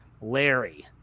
Larry